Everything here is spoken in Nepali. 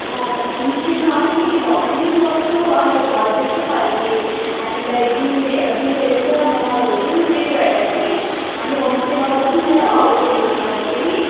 होमस्टेमा अलिकति भए पनि सस्तो अन्त घर जस्तो खालके हामीलाई दिने दिने रहेछ महलहरू त्यही भएर त्यही हामी होमस्टेमा बसौँ न ल होटलहरू भन्दाखेरि